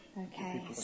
Okay